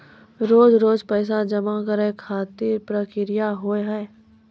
रोज रोज पैसा जमा करे खातिर का प्रक्रिया होव हेय?